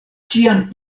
ĉiam